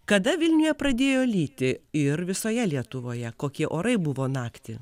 kada vilniuje pradėjo lyti ir visoje lietuvoje kokie orai buvo naktį